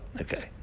Okay